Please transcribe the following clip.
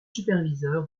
superviseur